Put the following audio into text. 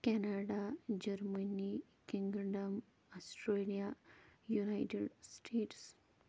Canada Germany kingdom Australia United States